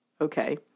okay